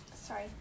sorry